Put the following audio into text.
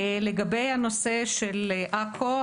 לגבי הנושא של עכו,